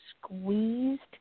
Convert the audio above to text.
squeezed